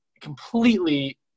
completely